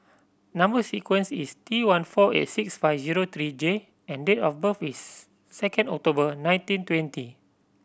number sequence is T one four eight six five zero three J and date of birth is second October nineteen twenty